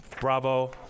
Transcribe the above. Bravo